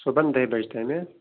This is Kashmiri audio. صُبحن دَہہِ بَجہِ تانۍ ہہ